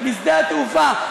משדה-התעופה,